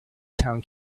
town